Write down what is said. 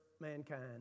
mankind